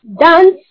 dance